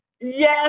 Yes